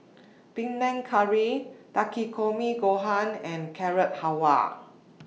Panang Curry Takikomi Gohan and Carrot Halwa